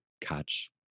catch